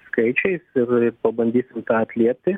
skaičiais ir ir pabandysim tą atliepti